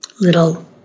little